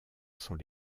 sont